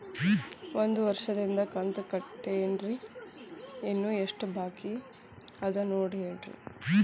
ಒಂದು ವರ್ಷದಿಂದ ಕಂತ ಕಟ್ಟೇನ್ರಿ ಇನ್ನು ಎಷ್ಟ ಬಾಕಿ ಅದ ನೋಡಿ ಹೇಳ್ರಿ